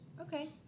Okay